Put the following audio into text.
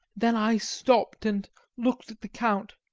then i stopped and looked at the count.